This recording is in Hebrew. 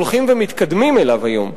הולכים ומתקדמים אליו היום.